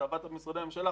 אתה עבדת במשרדי הממשלה,